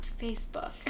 Facebook